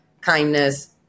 kindness